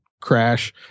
crash